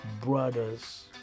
brothers